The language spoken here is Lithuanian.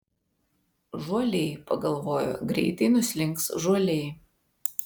žuoliai pagalvojo greitai nuslinks žuoliai